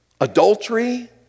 Adultery